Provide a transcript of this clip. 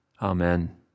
Amen